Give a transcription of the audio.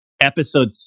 episode